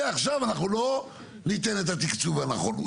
עכשיו אנחנו לא ניתן את התקצוב הנכון,